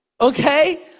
Okay